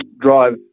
drive